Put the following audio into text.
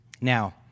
Now